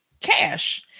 cash